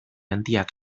handiak